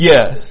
Yes